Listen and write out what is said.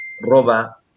roba